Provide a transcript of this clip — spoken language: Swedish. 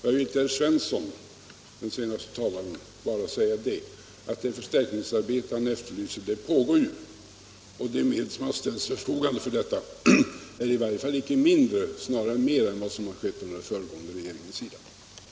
Till herr Svensson i Kungälv vill jag bara säga att det förstärkningsarbete som herr Svensson efterlyser pågår. De medel som har ställts till förfogande för detta är i varje fall icke knappare, snarare rikligare än vad den föregående regeringen har åstadkommit. den det ej vill röstar nej. den det ej vill röstar nej.